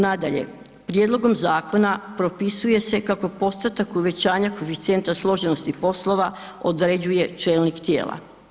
Nadalje, prijedlogom zakona propisuje se kako postotak uvećanja koeficijenta složenosti poslova određuje čelnik tijela.